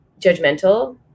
judgmental